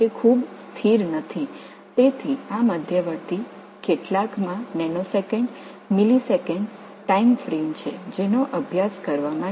எனவே இது இடைநிலைகளில் சில சரியான படிப்பதற்கு நானோ விநாடி மில்லி விநாடி காலக்கெடுவைக் கொண்டுள்ளது